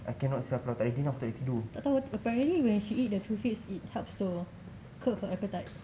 tak tahu apparently when she eat the TruFitz is it helps to curb her appetite